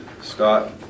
scott